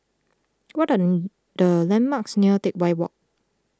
what are the landmarks near Teck Whye Walk